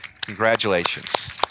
Congratulations